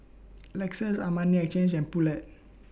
Lexus Armani Exchange and Poulet